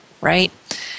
Right